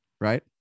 Right